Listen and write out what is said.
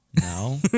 No